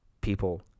people